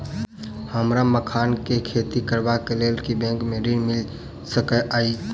हमरा मखान केँ खेती करबाक केँ लेल की बैंक मै ऋण मिल सकैत अई?